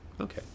Okay